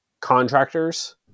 contractors